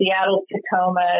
Seattle-Tacoma